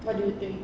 what do you think